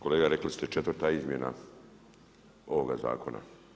Kolegi rekli ste četvrta izmjena ovoga zakona.